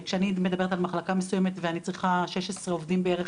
כשאני מדברת על מחלקה מסוימת ואני צריכה 16 עובדים בערך,